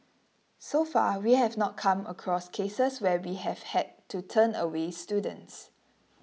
so far we have not come across cases where we have had to turn away students